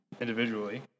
individually